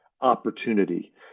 opportunity